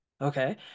Okay